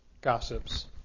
gossips